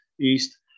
east